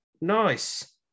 Nice